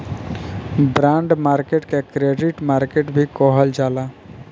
bond market के credit market भी कहल जाला